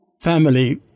family